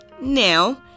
Now